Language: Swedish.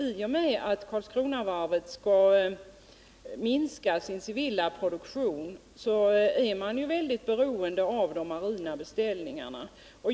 I och med att Karlskronavarvet skall minska sin civila produktion blir varvet synnerligen beroende av de marina beställningarna.